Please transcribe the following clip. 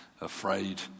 afraid